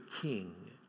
king